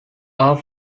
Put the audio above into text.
are